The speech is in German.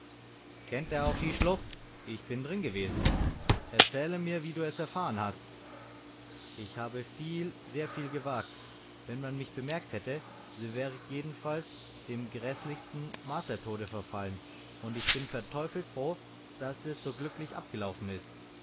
kennt er auch die schlucht ich bin drin gewesen erzähle mir wie du es erfahren hast ich habe viel sehr viel gewagt wenn man mich bemerkt hätte so wäre ich jedenfalls dem gräßlichsten martertode verfallen und ich bin verteufelt froh daß es so glücklich abgelaufen ist